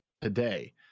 today